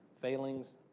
failings